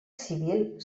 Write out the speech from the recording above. civil